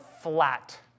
flat